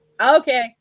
Okay